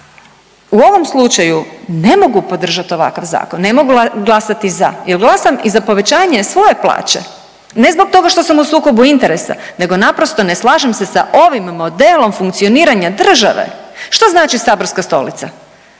U ovom slučaju ne mogu podržati ovakav zakon, ne mogu glasati za, jer glasam i za povećanje svoje plaće ne zbog toga što sam u sukobu interesa, nego naprosto ne slažem se sa ovim modelom funkcioniranja države. Što znači saborska stolica?